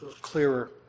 clearer